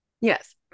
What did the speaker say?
yes